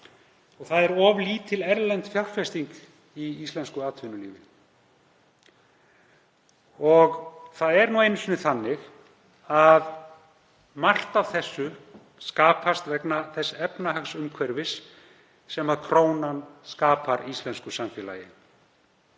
og það er of lítil erlend fjárfesting í íslensku atvinnulífi. Það er nú einu sinni þannig að margt af þessu skapast vegna þess efnahagsumhverfis sem krónan skapar íslensku samfélagi.